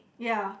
ya